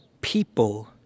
people